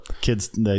kids